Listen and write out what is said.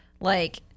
Like-